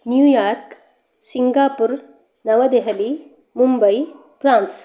New York Singapore Navadehali Mumbai France